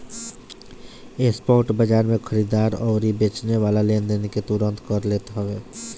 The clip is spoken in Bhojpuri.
स्पॉट बाजार में खरीददार अउरी बेचेवाला लेनदेन के तुरंते कर लेत हवे